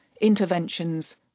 interventions